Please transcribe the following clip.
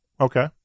Okay